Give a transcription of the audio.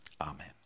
Amen